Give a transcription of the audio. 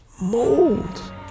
mold